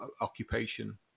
occupation